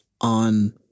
on